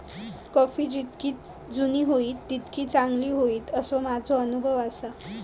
coffee जितकी जुनी होईत तितकी चांगली होईत, असो माझो अनुभव आसा